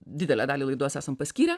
didelę dalį laidos esam paskyrę